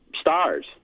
stars